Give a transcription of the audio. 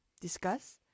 discuss